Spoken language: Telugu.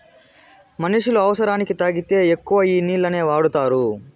మనుష్యులు అవసరానికి తాగేకి ఎక్కువ ఈ నీళ్లనే వాడుతారు